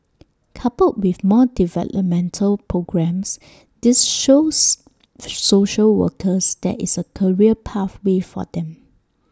coupled with more developmental programmes this shows social workers there is A career pathway for them